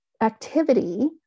activity